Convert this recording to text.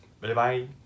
Bye-bye